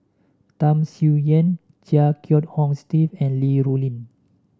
Tham Sien Yen Chia Kiah Hong Steve and Li Rulin